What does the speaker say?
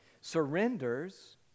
surrenders